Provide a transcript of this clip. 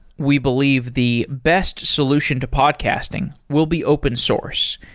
we believe the best solution to podcasting will be open source,